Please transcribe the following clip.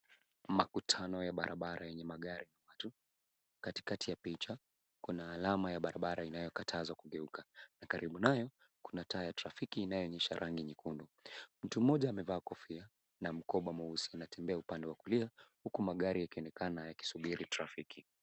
Makutano ya barabara yenye magari. Katikati ya picha, kuna alama ya barabara inayokatazwa kugeuka. Karibu nayo kuna taa ya trafiki inayoonyesha rangi nyekundu. Mtu mmoja amevaa kofia na mkoba mweusi anatembea upande wa kulia huku magari yakionekana yakisubiri trafiki.